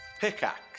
Pickaxe